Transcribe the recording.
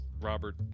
Robert